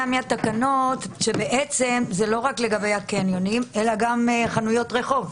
מהתקנות אני מבינה שבעצם זה לא רק לגבי הקניונים אלא גם חנויות רחוב.